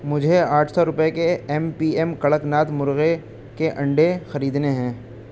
مجھے آٹھ سو روپئے کے M P M Kadaknath مرغے کے انڈے خریدنے ہیں